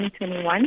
2021